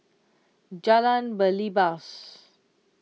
Jalan Belibas